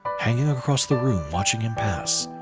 hanging across the room watching him pass,